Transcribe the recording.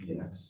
Yes